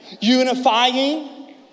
unifying